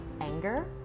anger